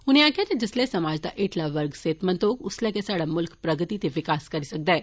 उनें आक्खेआ जिस्सलै समाज दा हेठला वर्ग सेहतमंद होग उस्सलै गै साहड़ा मुल्ख प्रगति ते विकास करी सकदा ऐ